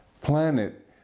planet